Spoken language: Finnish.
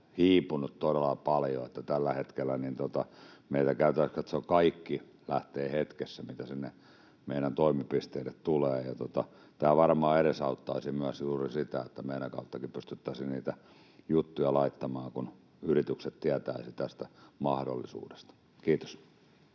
hiipunut todella paljon. Tällä hetkellä meillä käytännössä katsoen lähtee hetkessä kaikki, mitä sinne meidän toimipisteelle tulee. Tämä varmaan edesauttaisi myös juuri sitä, että meidän kauttakin pystyttäisiin niitä juttuja laittamaan, kun yritykset tietäisivät tästä mahdollisuudesta. — Kiitos.